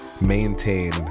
maintain